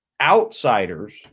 outsiders